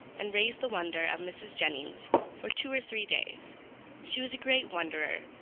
and raised the wonder of mrs. jennings for two or three days she was a great wonderer,